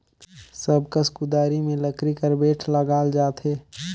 सब कस कुदारी मे लकरी कर बेठ लगाल जाथे